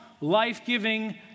life-giving